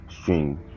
string